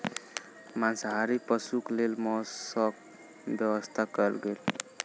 मांसाहारी पशुक लेल मौसक व्यवस्था कयल गेल